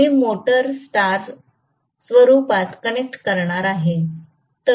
मी motor star स्वरुपात connect करणार आहे